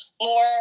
more